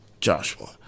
joshua